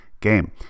game